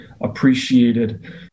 appreciated